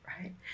right